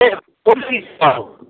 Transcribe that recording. এহ্ ক'ত লাগিছে বাৰু